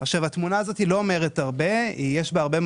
והטיעון הזה לא עלה משני הצדדים שיווי המשקל שנוצר,